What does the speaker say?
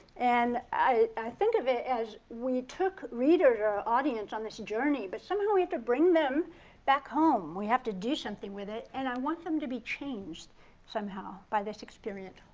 and i think of it as we took readers, our audience on this journey, but somehow we need to bring them back home. we have to do something with it, and i want them to be changed somehow by this experience.